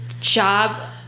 job